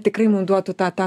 tikrai mum duotų tą tą